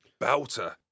belter